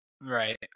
Right